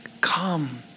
come